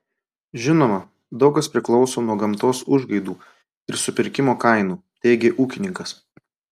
žinoma daug kas priklauso nuo gamtos užgaidų ir supirkimo kainų teigė ūkininkas